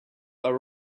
are